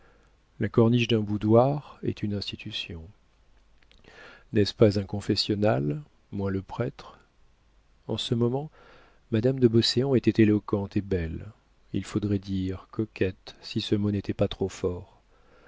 la corniche d'un boudoir est une institution n'est-ce pas un confessionnal moins le prêtre en ce moment madame de beauséant était éloquente et belle il faudrait dire coquette si ce mot n'était pas trop fort